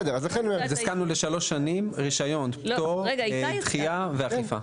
אז הסכמנו לשלוש שנים רישיון, פטור, דחייה ואכיפה.